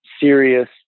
serious